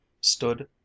stood